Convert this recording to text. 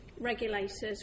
regulators